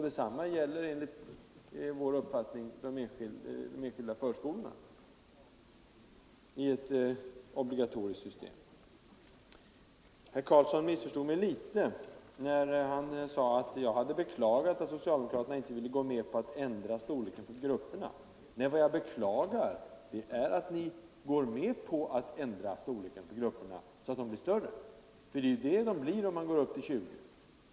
Detsamma skall enligt vår uppfattning gälla de enskilda förskolorna i ett obligatoriskt system. Herr Karlsson i Huskvarna missförstod mig litet, när han sade att jag hade beklagat att socialdemokraterna inte ville gå med på att ändra storleken på grupperna. Nej, vad jag beklagar är att ni går med på att öka gruppernas storlek till 20 barn.